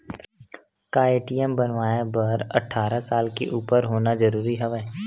का ए.टी.एम बनवाय बर अट्ठारह साल के उपर होना जरूरी हवय?